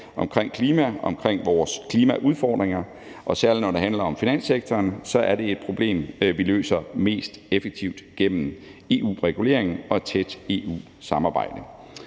omkring klima, omkring vores klimaudfordringer – særlig når det handler om finanssektoren – er et problem, som vi løser mest effektivt gennem EU-regulering og et tæt EU-samarbejde.